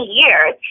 years